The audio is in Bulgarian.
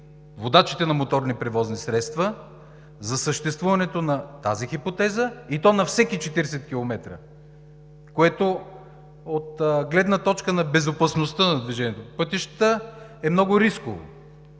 водачите на моторни превозни средства за съществуването на тази хипотеза и то на всеки 40 км, което от гледна точка на безопасността на движението по пътищата е много рисково.